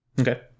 Okay